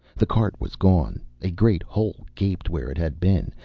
the cart was gone. a great hole gaped where it had been,